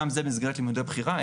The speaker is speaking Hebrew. גם זו מסגרת לימודי בחירה,